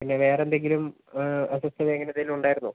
പിന്നെ വേറെ എന്തെങ്കിലും അസ്വസ്ഥത അങ്ങനെ എന്തെങ്കിലും ഉണ്ടായിരുന്നോ